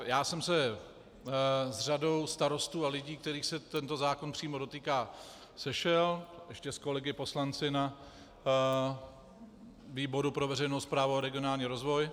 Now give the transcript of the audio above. Já jsem se s řadou starostů a lidí, kterých se tento zákon přímo dotýká, sešel, ještě s kolegy poslanci na výboru pro veřejnou správu a regionální rozvoj.